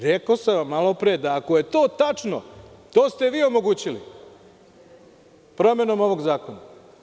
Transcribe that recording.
Rekao sam vam malopre, da ako je to tačno, to ste vi omogućili promenom ovog zakona.